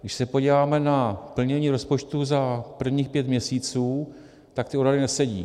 Když se podíváme na plnění rozpočtu za prvních pět měsíců, tak ty odhady nesedí.